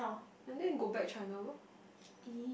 and then go back China loh